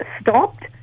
stopped